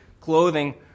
clothing